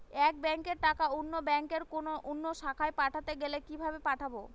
এক ব্যাংকের টাকা অন্য ব্যাংকের কোন অন্য শাখায় পাঠাতে গেলে কিভাবে পাঠাবো?